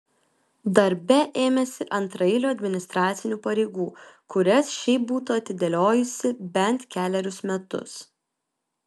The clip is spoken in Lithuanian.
darbe ėmėsi antraeilių administracinių pareigų kurias šiaip būtų atidėliojusi bent kelerius metus